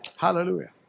Hallelujah